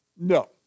No